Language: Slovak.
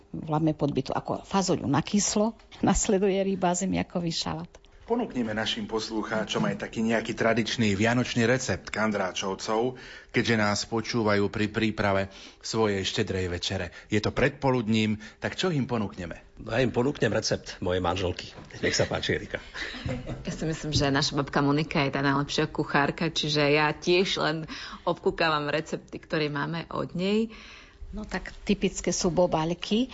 Voláme podbytu ako fazoľu na kyslo, nasleduje ryba, zemiakový šalát. Ponúkneme našim poslucháčom aj taký nejaký tradičný vianočný recept Kandráčovcov, keďže nás počúvajú pri príprave svojej štedrej večere. Je to predpoludním, tak čo im ponúkneme? No, ja im ponúknem recept mojej manželky. Nech sa páči, Erika. Ja si myslím, že naša babka Monika je tá najlepšia kuchárka, čiže ja tiež len obkúkávam recepty, ktoré máme od nej. No tak typické sú bobaľky.